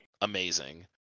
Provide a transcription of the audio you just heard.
amazing